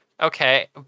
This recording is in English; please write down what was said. Okay